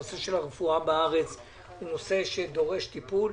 הנושא של הרפואה בארץ הוא נושא שדורש טיפול.